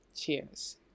Cheers